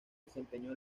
desempeñó